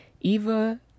Eva